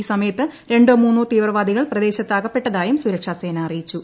ഈ സമയത്ത് രണ്ടോ മൂന്നോ തീവ്രവാദികൾ പ്രദേശത്ത് അകപ്പെട്ടതായും സുരക്ഷാസേന അറിയിച്ചു